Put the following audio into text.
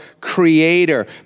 creator